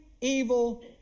evil